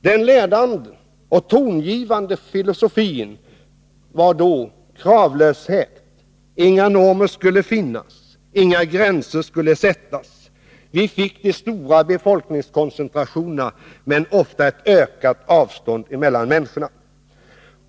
Den ledande och tongivande filosofin var då kravlöshet. Inga normer skulle finnas, inga gränser skulle sättas. Vi fick de stora befolkningskoncentrationerna men ofta ett ökat avstånd mellan människorna.